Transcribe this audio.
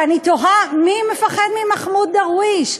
ואני תוהה, מי מפחד ממחמוד דרוויש?